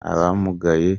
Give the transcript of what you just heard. abamugaye